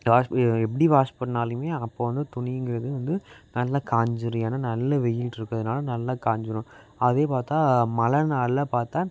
wash எப்படி wash பண்ணாலுமே அப்போது வந்து துணிங்கிறது வந்து நல்லா காய்ஞ்சிரும் ஏன்னால் நல்ல வெயில் இருக்கிறதுனால நல்லா காய்ஞ்சிரும் அதே பார்த்தா மழை நாளில் பார்த்தா